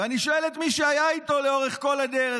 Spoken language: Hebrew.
ואני שואל את מי שהיה איתו לאורך כל הדרך,